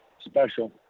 Special